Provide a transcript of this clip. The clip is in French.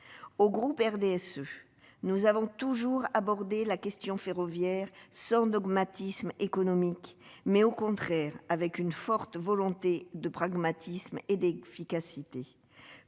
Le groupe du RDSE a toujours abordé la question ferroviaire sans dogmatisme économique, mais, au contraire, avec une forte volonté de pragmatisme et d'efficacité.